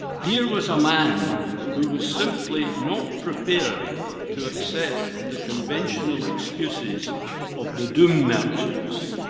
here was a man who was simply not prepared to accept the conventional excuses of the doom actions,